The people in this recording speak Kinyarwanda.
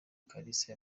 kalisa